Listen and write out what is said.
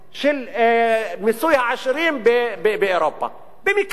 של מיסוי העשירים באירופה, במקרה.